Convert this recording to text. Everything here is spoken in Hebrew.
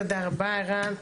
תודה רבה ערן.